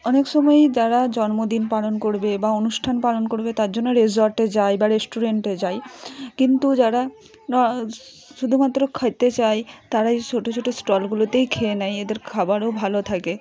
অনেক সময়ই যারা জন্মদিন পালন করবে বা অনুষ্ঠান পালন করবে তার জন্য রিসর্টে যায় বা রেস্টুরেন্টে যায় কিন্তু যারা শুধুমাত্র খেতে চায় তারা এই ছোটো ছোটো স্টলগুলোতেই খেয়ে নেয় এদের খাবারও ভালো থাকে